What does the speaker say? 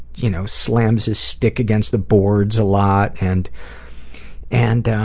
you know slams his stick against the boards a lot, and and